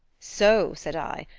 soh! said i,